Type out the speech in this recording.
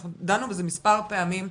אנחנו דנו בזה משרד פעמים,